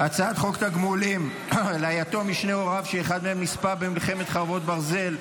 הצעת חוק תגמולים ליתום משני הוריו שאחד מהם נספה במלחמת חרבות ברזל,